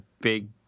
big